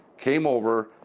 came over,